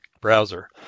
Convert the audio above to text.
browser